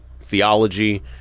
theology